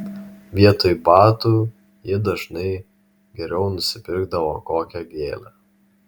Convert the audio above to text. vietoj batų ji dažnai geriau nusipirkdavo kokią gėlę